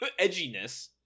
edginess